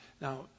Now